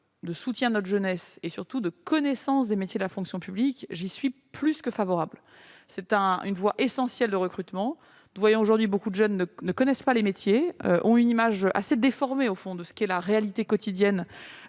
soutenir notre jeunesse et faire connaître les métiers de la fonction publique, je suis plus que favorable à l'apprentissage. C'est une voie essentielle de recrutement. Nous voyons aujourd'hui beaucoup de jeunes qui ne connaissent pas les métiers et qui ont une image assez déformée, au fond, de ce qu'est la réalité quotidienne